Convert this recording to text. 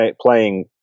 playing